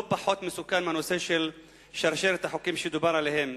פחות מסוכן משרשרת החוקים שדובר עליהם,